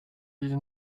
dix